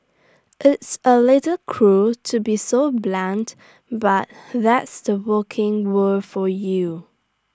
it's A little cruel to be so blunt but that's the working world for you